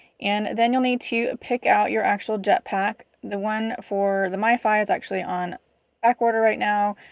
and then you'll need to pick out your actual jetpack, the one for the mifi is actually on back order right now,